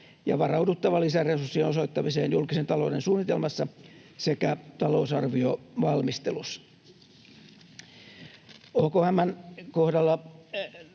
ja varauduttava lisäresurssien osoittamiseen julkisen talouden suunnitelmassa sekä talousarviovalmistelussa. OKM:n kohdalla